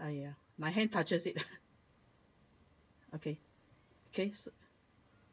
!aiya! my hand touched it okay okay